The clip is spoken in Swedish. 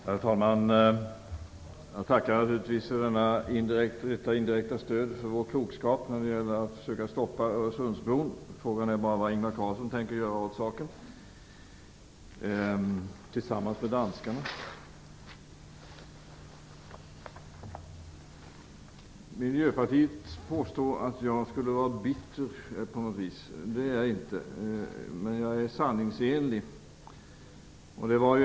Herr talman! Jag tackar naturligtvis för detta indirekta stöd för vår klokskap när det gäller att försöka stoppa Öresundsbron. Frågan är bara vad Ingvar Carlsson tänker göra åt saken, tillsammans med danskarna. Miljöpartiet påstår att jag skulle vara bitter på något sätt. Det är jag inte, men jag är sanningsenlig.